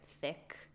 thick